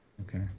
Okay